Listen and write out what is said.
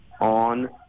On